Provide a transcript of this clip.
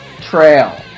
Trail